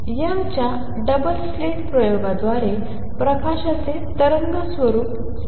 यंगच्या double slit प्रयोगाद्वारे प्रकाशाचे तरंग स्वरूप स्थापित केले गेले